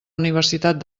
universitat